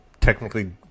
technically